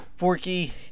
Forky